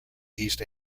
east